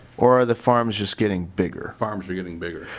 or are the farms just getting bigger? farms are getting bigger.